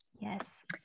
Yes